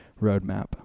roadmap